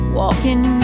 walking